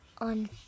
on